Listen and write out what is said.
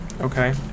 Okay